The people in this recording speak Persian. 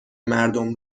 مردم